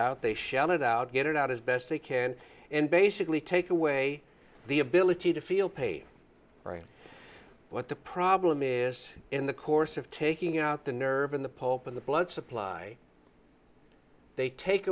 out they shouted out get it out as best they can and basically take away the ability to feel pain right what the problem is in the course of taking out the nerve in the pope in the blood supply they take